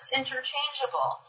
interchangeable